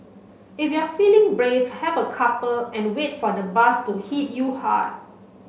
if you're feeling brave have a couple and wait for the buzz to hit you hard